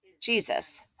Jesus